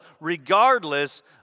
regardless